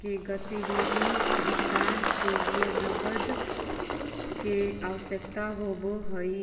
के गतिविधि भुगतान के लिये नकद के आवश्यकता होबो हइ